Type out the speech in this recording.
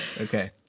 Okay